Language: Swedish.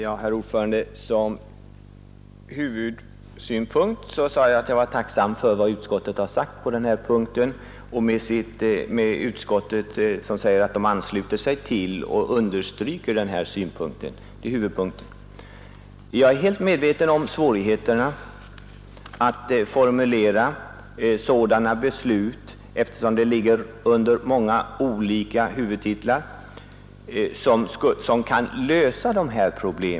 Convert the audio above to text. Herr talman! Som huvudsynpunkt anförde jag att jag var tacksam för vad utskottet har sagt, när utskottet förklarar att det ansluter sig till och understryker vad som framhållits i motionen då det gäller den kommunala vuxenutbildningen. Jag är helt medveten om svårigheterna att här formulera ett beslut så att problemen verkligen löses, eftersom det är så många huvudtitlar som berörs.